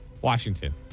Washington